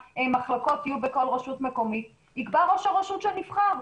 מחלקות יהיו בכל רשות מקומית יקבע ראש הרשות שנבחר.